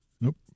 Nope